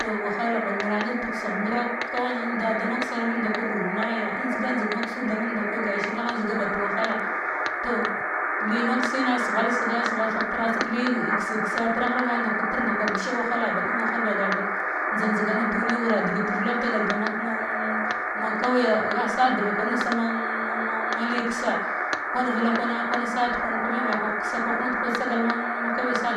Toh wahala ba nra nrg tuksegh nrakka wanan inda da maksar mun ndaku ɗul maya injiga nda kwi kashinan agha njdiga bat wahala toh li maksina seghal sega saghal thegh thera kwa ɓisha wahala baɗum wahal ɓaga ɓag njda njdegana duni wura degit velar dagal da ma mann ma kauya sa devakai nud sa man-man mali kesa kwan vela kwana ka nsa dekwan kwa me vakwah sa dekwan nud kwa sagal man-ma kauya sa